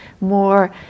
More